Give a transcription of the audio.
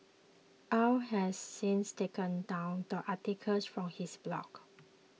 Au has since taken down the articles from his blog